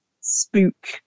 spook